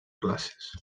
classes